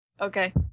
Okay